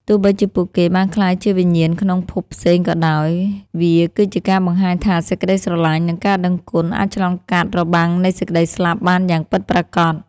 ទោះបីជាពួកគេបានក្លាយជាវិញ្ញាណក្នុងភពផ្សេងក៏ដោយ វាគឺជាការបង្ហាញថា សេចក្ដីស្រឡាញ់ និងការដឹងគុណអាចឆ្លងកាត់របាំងនៃសេចក្ដីស្លាប់បានយ៉ាងពិតប្រាកដ។